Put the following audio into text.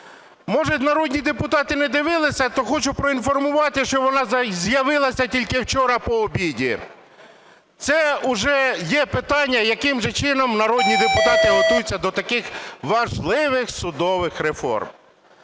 Може, народні депутати не дивилися, то хочу проінформувати, що вона з'явилася тільки вчора по обіді. Це уже є питання, яким же чином народні депутати готуються до таких важливих судових реформ.